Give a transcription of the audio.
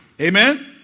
Amen